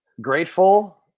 grateful